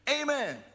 Amen